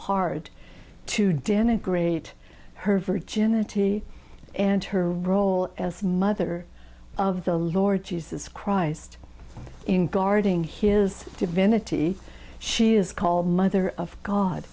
hard to denigrate her virginity and her role as mother of the lord jesus christ in guarding his divinity she is called mother of god